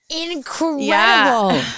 Incredible